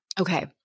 okay